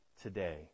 today